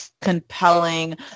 compelling